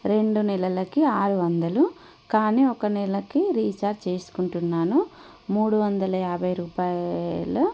రెండు నెలలకి ఆరు వందలు కానీ ఒక నెలకి రీఛార్జ్ చేసుకుంటున్నాను మూడు వందల యాభై రూపాయలు